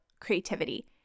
creativity